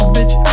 Bitch